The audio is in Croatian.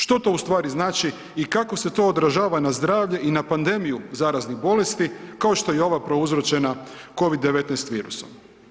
Što to ustvari znači i kako se to odražava na zdravlje i na pandemiju zaraznih bolesti kao što je i ova prouzročena Covid-19 virusom?